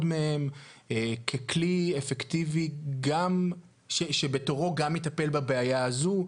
מהם ככלי אפקטיבי שבתורו גם יטפל בבעיה הזו,